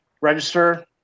register